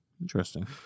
interesting